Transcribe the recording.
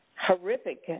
horrific